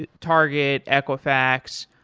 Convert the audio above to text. ah target, equifax,